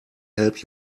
help